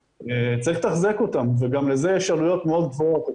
צריך לתחזק אותם וגם לזה יש עלויות מאוד גבוהות.